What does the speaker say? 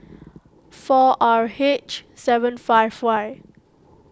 four R H seven five Y